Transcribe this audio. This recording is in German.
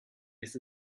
ist